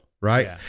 right